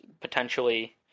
potentially